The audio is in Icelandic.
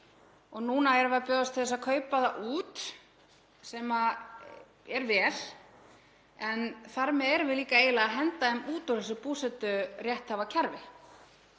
Núna erum við að bjóðast til að kaupa fólk út, sem er vel, en þar með erum við líka eiginlega að henda því út úr þessu búseturétthafakerfi.